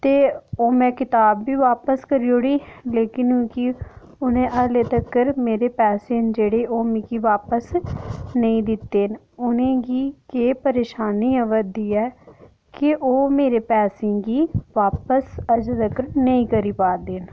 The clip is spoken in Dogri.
ते ओह् में कताब बी बापस करी ओड़ी लेकिन मिकी उ'नें हल्लें तक्कर मेरे पैसे न जेह्ड़े ओह् मिकी बापस नेईं दित्ते न उ'नें गी केह् परेशानी आवै'रदी ऐ कि ओह् मेरे पैसें गी बापस अजें तक्कर नेईं करी पा'रदे न